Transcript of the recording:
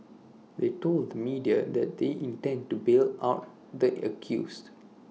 they told media that they intend to bail out the accused